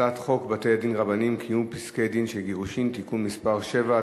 הצעת חוק בתי-דין רבניים (קיום פסקי-דין של גירושין) (תיקון מס' 7),